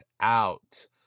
out